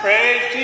Praise